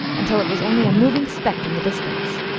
until it was only a moving speck in the distance.